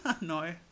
No